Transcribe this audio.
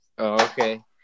Okay